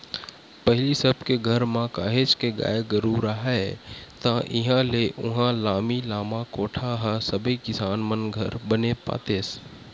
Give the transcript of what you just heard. पहिली सब के घर म काहेच के गाय गरु राहय ता इहाँ ले उहाँ लामी लामा कोठा ह सबे किसान मन घर बने पातेस